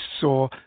saw